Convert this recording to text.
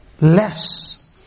less